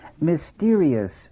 mysterious